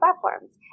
platforms